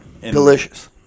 delicious